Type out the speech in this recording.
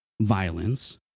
violence